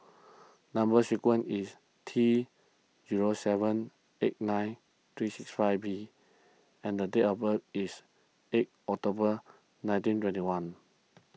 Number Sequence is T zero seven eight nine three six five B and date of birth is eight October nineteen twenty one